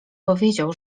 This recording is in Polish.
powiedział